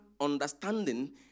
understanding